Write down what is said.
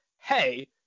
hey